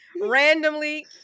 randomly